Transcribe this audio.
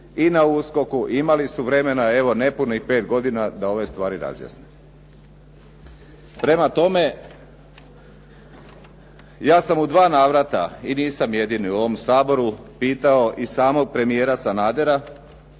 i na USKOK-u, imali su vremena evo nepunih pet godina da ove stvari razjasne. Prema tome, ja sam u dva navrata i nisam jedini u ovom Saboru pitao i samog premijera Sanadera